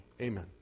Amen